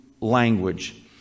language